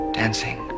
dancing